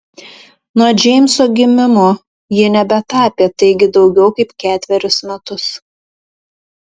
nuo džeimso gimimo ji nebetapė taigi daugiau kaip ketverius metus